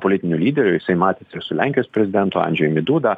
politiniu lyderiu jisai matėsi ir su lenkijos prezidentu andžejumi duda